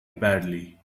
badly